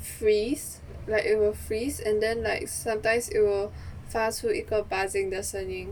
freeze like it will freeze and then like sometimes it will 发出一个 buzzing 的声音